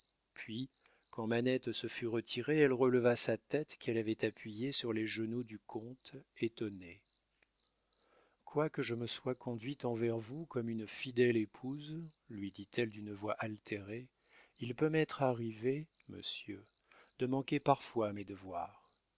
puis quand manette se fut retirée elle releva sa tête qu'elle avait appuyée sur les genoux du comte étonné quoique je me sois conduite envers vous comme une fidèle épouse lui dit-elle d'une voix altérée il peut m'être arrivé monsieur de manquer parfois à mes devoirs